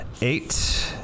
eight